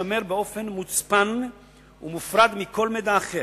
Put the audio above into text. יישמר באופן מוצפן ומופרד מכל מידע אחר.